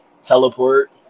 Teleport